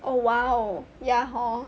oh !wow! ya hor